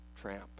Tramp